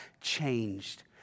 changed